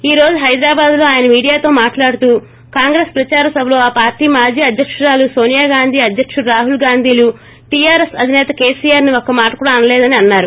ఈ రోజు హైదరాబాద్లో ఆయన మీడియాతో మాట్లాడుతూ కాంగ్రెస్ ప్రదార సభలో ఆ పార్టీ మాజీ అధ్యకురాలు నోనియా గాంధీ అధ్యకుడు రాహుల్ గాంధీలు టీఆర్ఎస్ అధినేత కేసీఆర్ను ఒక్క మాట కూడా అనలేదని అన్నారు